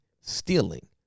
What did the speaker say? stealing